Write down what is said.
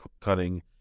cutting